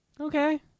Okay